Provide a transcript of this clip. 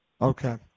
Okay